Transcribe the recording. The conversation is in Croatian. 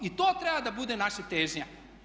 I to treba da bude naša težnja.